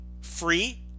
free